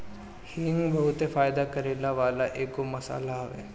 हिंग बहुते फायदा करेवाला एगो मसाला हवे